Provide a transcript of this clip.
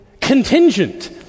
contingent